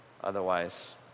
Otherwise